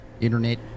Internet